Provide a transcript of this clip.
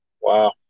Wow